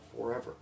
forever